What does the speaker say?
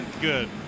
good